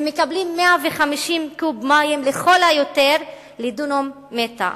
הם מקבלים 150 קוב מים לכל היותר לדונם מטע,